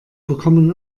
bekommen